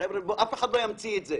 להצבעה ודב חנין יחליף אותי לחמש